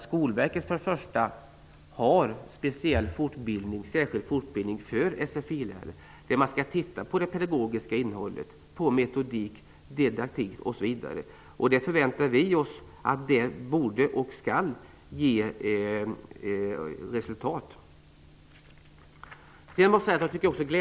Skolverket har särskild fortbildning för SFI-lärare där man skall titta på det pedagogiska innehållet, på metodik, didaktik osv. Vi förväntar oss att detta ger resultat.